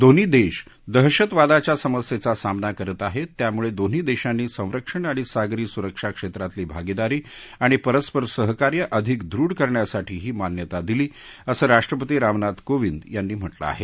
दोन्ही देश दहशतवादाच्या समस्येचा सामना करत आहेत त्यामुळे दोन्ही देशांनी संरक्षण आणि सागरी सुरक्षा क्षेत्रातली भागिदारी आणि परस्पर सहकार्य अधिक दृढ करण्यासाठीही मान्यता दिली असं राष्ट्रपती रामनाथ कोविंद यांनी म्हटलं आहे